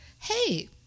hey